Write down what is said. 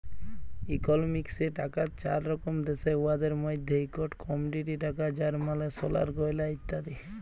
ইকলমিক্সে টাকার চার রকম দ্যাশে, উয়াদের মইধ্যে ইকট কমডিটি টাকা যার মালে সলার গয়লা ইত্যাদি